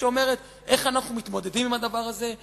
שאומרת איך אנחנו מתמודדים עם הדבר הזה,